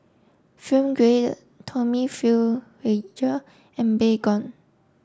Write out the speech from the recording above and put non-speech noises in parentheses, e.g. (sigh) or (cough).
Film Grade Tommy (unintelligible) and Baygon